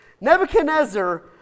Nebuchadnezzar